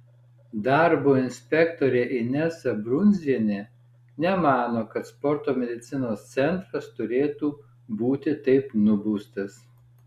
darbo inspektorė inesa brundzienė nemano kad sporto medicinos centras turėtų būti taip nubaustas